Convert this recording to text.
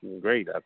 great